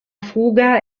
fuga